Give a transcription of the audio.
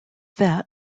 that